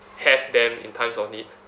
have them in times of need